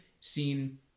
seen